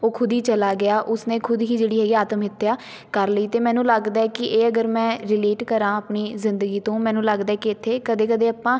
ਉਹ ਖੁਦ ਹੀ ਚਲਾ ਗਿਆ ਉਸਨੇ ਖੁਦ ਹੀ ਜਿਹੜੀ ਹੈਗੀ ਆਤਮ ਹੱਤਿਆ ਕਰ ਲਈ ਤਾਂ ਮੈਨੂੰ ਲੱਗਦਾ ਹੈ ਕਿ ਇਹ ਅਗਰ ਮੈਂ ਰਿਲੇਟ ਕਰਾਂ ਆਪਣੀ ਜ਼ਿੰਦਗੀ ਤੋਂ ਮੈਨੂੰ ਲੱਗਦਾ ਕਿ ਇੱਥੇ ਕਦੇ ਕਦੇ ਆਪਾਂ